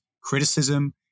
criticism